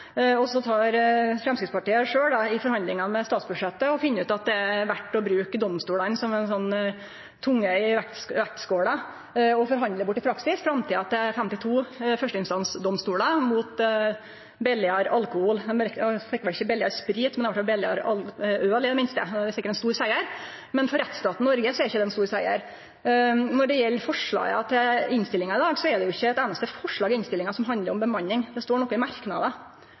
Så finn Framstegspartiet sjølv i forhandlingane om statsbudsjettet ut at det er verdt å bruke domstolane som tunga på vektskåla og i praksis forhandle bort framtida til 52 førsteinstansdomstolar mot billegare alkohol. Dei fekk vel ikkje billegare sprit, men det vart vel billegare øl i det minste. Det er sikkert ein stor siger. Men for rettsstaten Noreg er det ikkje ein stor siger. Når det gjeld forslaga i innstillinga i dag, er det ikkje eit einaste forslag som handlar om bemanning. Det står noko